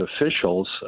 officials